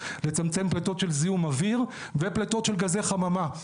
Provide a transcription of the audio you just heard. של זיהום אוויר ופליטות של גזי חממה.